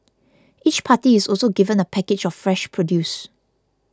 each party is also given a package of fresh produce